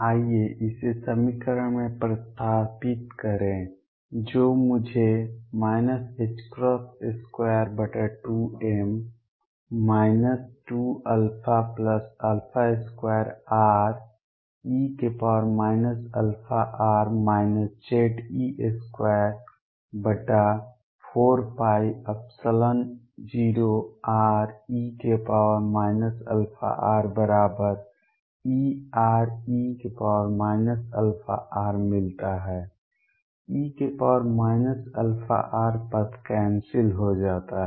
आइए इसे समीकरण में प्रतिस्थापित करें जो मुझे 22m 2α2re αr Ze24π0re αrEre αr मिलता है e αr पद कैंसिल हो जाता है